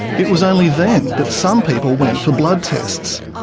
it was only then that some people went for blood tests.